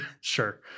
sure